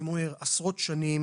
עשרות שנים